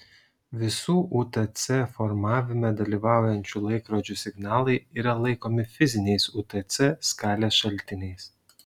visų utc formavime dalyvaujančių laikrodžių signalai yra laikomi fiziniais utc skalės šaltiniais